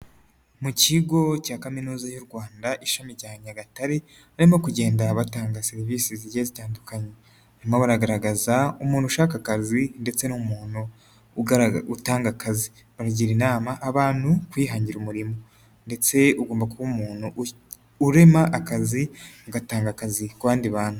Mu kigo cya kaminuza y'u Rwanda, ishami rya Nyagatare, barimo kugenda batanga serivisi zigiye zitandukanye, barimo baragaragaza umuntu ushaka akazi, ndetse n'umuntu utanga akazi. Bagira inama abantu kwihangira umurimo ndetse ugomba kuba umuntu urema akazi, agatanga akazi ku bandi bantu.